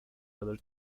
other